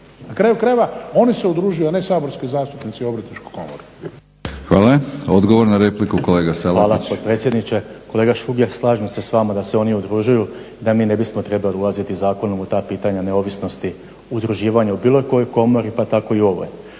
Na kraju krajeva, oni se udružuju a ne saborski zastupnici u Obrtničku komoru. **Batinić, Milorad (HNS)** Hvala. Odgovor na repliku, kolega Salapić. **Salapić, Josip (HDSSB)** Hvala potpredsjedniče. Kolega Šuker, slažem se s vama da se oni udružuju da mi ne bismo trebali ulaziti zakonom u ta pitanja neovisnosti udruživanja u bilo kojoj komori, pa tako i u ovoj.